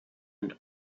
and